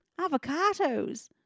avocados